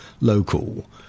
local